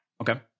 Okay